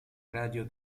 radio